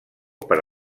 per